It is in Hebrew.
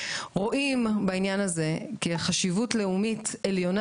רואים בעניין הזה חשיבות עליונה,